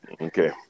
Okay